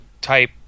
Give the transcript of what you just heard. type